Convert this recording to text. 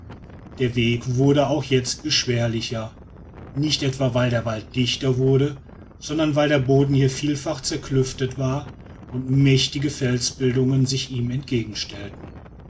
der weg wurde auch jetzt beschwerlicher nicht etwa weil der wald dichter wurde sonder weil der boden hier vielfach zerklüftet war und mächtige felsbildungen sich ihm entgegenstellten